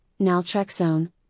naltrexone